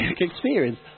experience